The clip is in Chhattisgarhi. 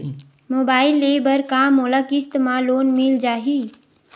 मोबाइल ले बर का मोला किस्त मा लोन मिल जाही?